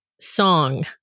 Song